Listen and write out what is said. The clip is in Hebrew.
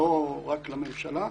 לא רק לממשלה.